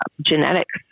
genetics